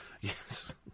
Yes